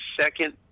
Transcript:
second